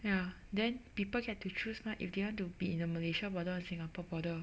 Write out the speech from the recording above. ya then people get to choose lah if they want to be in the Malaysia border or Singapore border